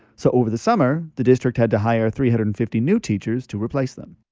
so over the summer, the district had to hire three hundred and fifty new teachers to replace them.